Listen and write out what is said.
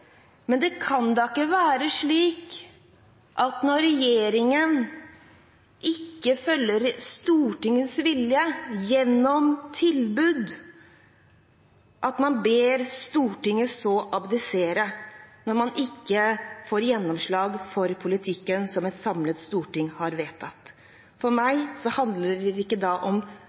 Det kan da ikke være slik at når regjeringen ikke følger Stortingets vilje gjennom tilbud, ber man Stortinget abdisere – når man ikke får gjennomslag for politikken som et samlet storting har vedtatt. For meg handler det ikke da om